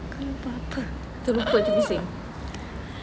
terlupa aku bising